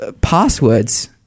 passwords